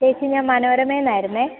ചേച്ചീ ഞാൻ മനോരമയില്നിന്ന് ആയിരുന്നേ